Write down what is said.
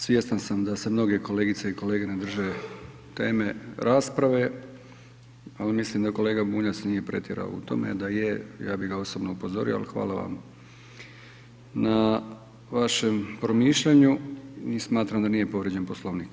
Svjestan sam da se mnoge kolegice i kolege ne drže teme rasprave, ali mislim da kolega Bunjac nije pretjerao u tome, da je ja bi ga osobno upozorio, ali hvala vam na vašem promišljanju i smatram da nije povrijeđen poslovnik.